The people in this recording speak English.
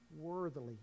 worthily